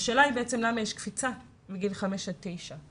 השאלה היא למה יש קפיצה מגיל חמש עד תשע?